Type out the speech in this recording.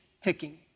ticking